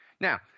Now